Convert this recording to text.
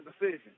decision